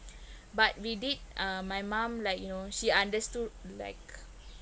but we did um my mum like you know she understood like